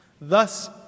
Thus